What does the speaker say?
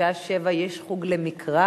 בשעה 19:00 יש חוג למקרא,